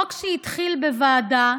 חוק שהתחיל בוועדה,